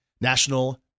National